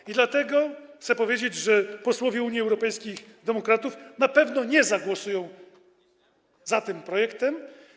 I dlatego chcę powiedzieć, że posłowie Unii Europejskich Demokratów na pewno nie zagłosują za tym projektem.